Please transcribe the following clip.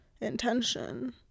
intention